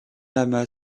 lama